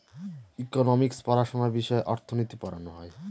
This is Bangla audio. ইকোনমিক্স পড়াশোনা বিষয়ে অর্থনীতি পড়ানো হয়